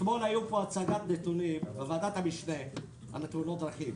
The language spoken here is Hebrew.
אתמול בוועדת משנה על תאונות דרכים